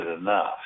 enough